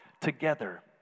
Together